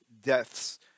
deaths